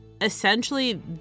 essentially